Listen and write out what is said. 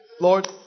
Lord